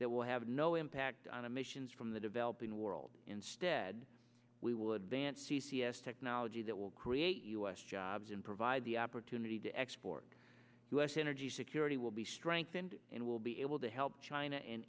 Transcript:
that will have no impact on emissions from the developing world instead we would ban c c s technology that will eight u s jobs and provide the opportunity to export u s energy security will be strengthened and will be able to help china and